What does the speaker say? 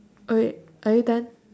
oh wait are you done